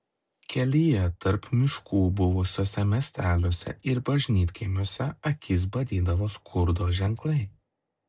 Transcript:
kelyje tarp miškų buvusiuose miesteliuose ir bažnytkaimiuose akis badydavo skurdo ženklai